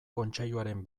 kontseiluaren